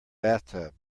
bathtub